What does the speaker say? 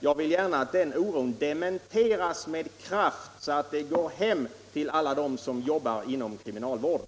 Jag vill gärna att dessa farhågor med kraft dementeras, så att det går hem hos alla dem som jobbar inom kriminalvården.